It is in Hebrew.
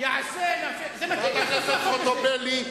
חברת הכנסת חוטובלי,